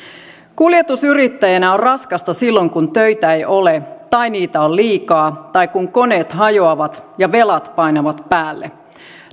kuljetusyrittäjänä on raskasta silloin kun töitä ei ole tai niitä on liikaa tai kun koneet hajoavat ja velat painavat päälle